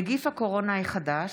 נגיף הקורונה החדש),